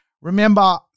Remember